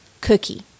Cookie